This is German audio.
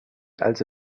also